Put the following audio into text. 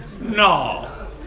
No